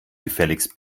gefälligst